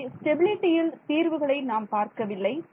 ஆகவே ஸ்டெபிலிட்டியில் தீர்வுகளை நாம் பார்க்கவில்லை